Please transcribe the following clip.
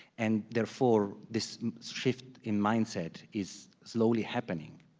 and therefore this shift in mindset is slowly happening.